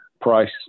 price